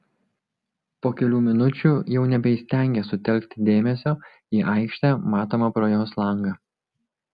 po kelių minučių jau nebeįstengė sutelkti dėmesio į aikštę matomą pro jos langą